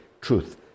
truth